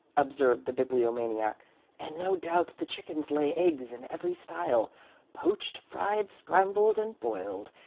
observed the bibliomaniac and no doubt the chickens lay eggs in every style poached, fried, scrambled, and boiled.